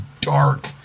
dark